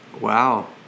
Wow